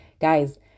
guys